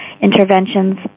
interventions